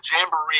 Jamboree